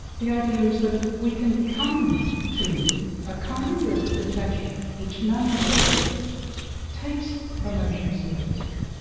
the idea is that we can come to a kind of detachment which nonetheless takes emotion seriously.